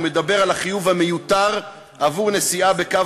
הוא מדבר על החיוב המיותר עבור נסיעה בקו